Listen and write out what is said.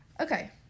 Okay